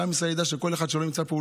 שעם ישראל ידע שכל אחד שלא נמצא פה,